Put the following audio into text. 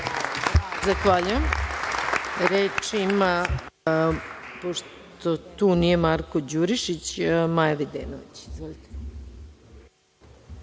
Zahvaljujem. Reč ima, pošto nije tu Marko Đurišić, Maja Videnović.